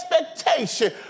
expectation